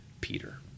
peter